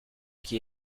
qui